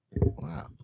wow